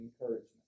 encouragement